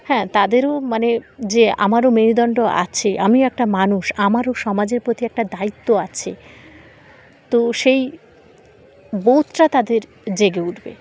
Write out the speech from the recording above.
হ্যাঁ তাদেরও মানে যে আমারও মেরুদণ্ড আছে আমিও একটা মানুষ আমারও সমাজের প্রতি একটা দায়িত্ব আছে তো সেই বোধটা তাদের জেগে উঠবে